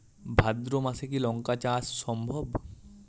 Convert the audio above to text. ভাদ্র মাসে কি লঙ্কা চাষ সম্ভব?